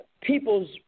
people's